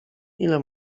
ile